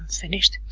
finished.